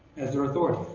as their authority,